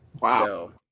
Wow